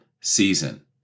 season